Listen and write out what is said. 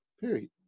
Period